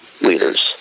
leaders